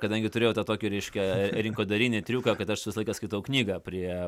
kadangi turėjau tą tokį reiškia rinkodarinį triuką kad aš visą laiką skaitau knygą prie